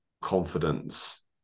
confidence